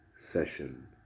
session